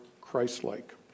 Christ-like